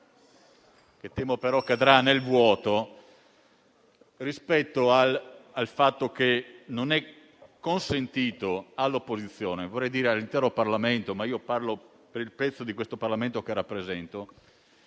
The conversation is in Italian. che temo, però, cadrà nel vuoto, rispetto al fatto che non è consentito all'opposizione - vorrei dire all'intero Parlamento, ma parlo per la parte di questo Parlamento che rappresento